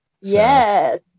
Yes